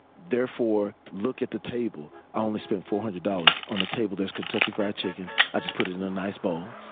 therefore, look at the table. i only spent four hundred dollars on the table. there's kentucky fried chicken i just put it in a nice bowl.